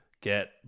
get